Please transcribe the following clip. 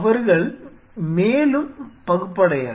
அவர்கள் மேலும் பகுப்படையாது